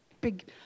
big